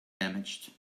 damaged